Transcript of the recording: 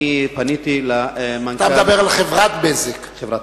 פניתי אל מנכ"ל, אתה מדבר על חברת "בזק".